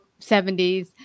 70s